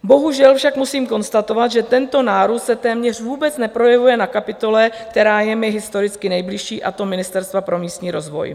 Bohužel však musím konstatovat, že tento nárůst se téměř vůbec neprojevuje na kapitole, která je mi historicky nejbližší, a to Ministerstva pro místní rozvoj.